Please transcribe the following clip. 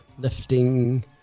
Lifting